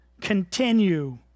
continue